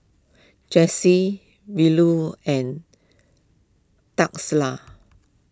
Jessi Verlon and